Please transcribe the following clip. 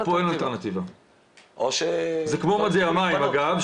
זה כמו מדי המים אגב,